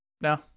No